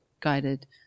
guided